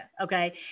okay